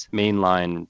mainline